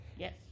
Yes